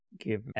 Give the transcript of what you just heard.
give